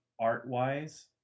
art-wise